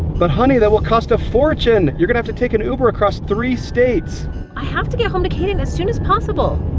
but honey that will cost a fortune. you're gonna have to take an uber across three states i have to get home to kaden as soon as possible!